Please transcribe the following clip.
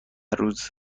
روز